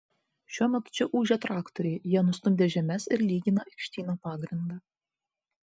šiuo metu čia ūžia traktoriai jie nustumdė žemes ir lygina aikštyno pagrindą